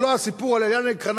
זה לא הסיפור על עליאן אל-קרינאווי,